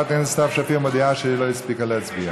חברת הכנסת מודיעה שהיא לא הספיקה להצביע.